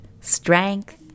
strength